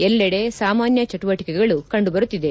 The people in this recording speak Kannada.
ಎಲ್ಲೆಡೆ ಸಾಮಾನ್ಯ ಚಟುವಟಿಕೆಗಳು ಕಂಡುಬರುತ್ತಿದೆ